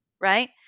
right